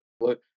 Look